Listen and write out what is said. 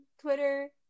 Twitter